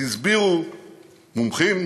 הסבירו מומחים